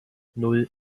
nan